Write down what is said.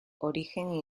origen